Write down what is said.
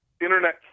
Internet